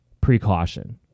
precaution